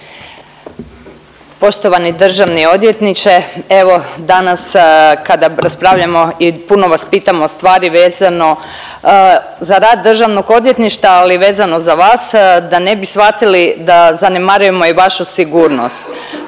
Poštovani državni odvjetniče, evo danas kada raspravljamo i puno vas pitamo stvari vezano za rad Državnog odvjetništva ali i vezano za vas, da ne bi shvatili da zanemarujemo i vašu sigurnost.